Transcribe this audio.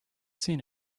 seen